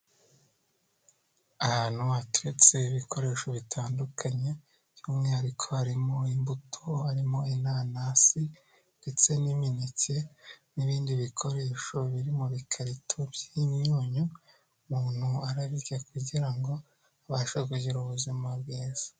Ahantu hateretse ibikoresho bitandukanye by'umwihariko harimo imbuto, harimo inanasi ndetse n'imineke n'ibindi bikoresho biri mu bikarito by'imyunyu, umuntu arabirya kugira ngo abashe kugira ubuzima bwiza.